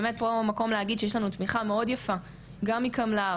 באמת פה המקום להגיד שיש לנו תמיכה מאוד יפה גם מקמל"ר,